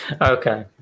Okay